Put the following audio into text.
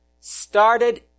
started